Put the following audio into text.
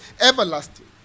everlasting